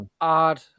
odd